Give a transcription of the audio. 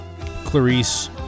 Clarice